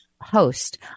host